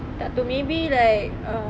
tak tahu maybe like